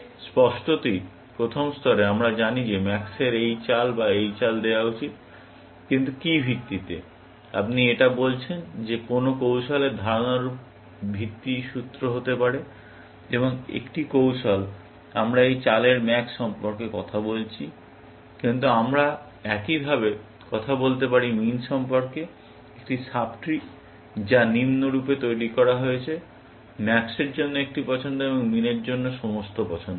স্পষ্টতই প্রথম স্তরে আমরা জানি যে max এর এই চাল বা এই চাল দেওয়া উচিত কিন্তু কি ভিত্তিতে আপনি এটা বলছেন যে কোনো কৌশলের ধারণা এর ভিত্তি সূত্র হতে পারে এবং একটি কৌশল আমরা এই চালের ম্যাক্স সম্পর্কে কথা বলছি কিন্তু আমরা একইভাবে কথা বলতে পারি মিন সম্পর্কে একটি সাব ট্রি যা নিম্নরূপে তৈরি করা হয়েছে ম্যাক্সের জন্য একটি পছন্দ এবং মিন র জন্য সমস্ত পছন্দ